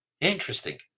Interesting